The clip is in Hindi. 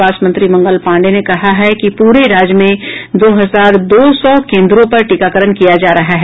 स्वास्थ्य मंत्री मंगल पांडे ने कहा है कि पूरे राज्य में दो हजार दो सौ केन्द्रों पर टीकाकरण किया जा रहा है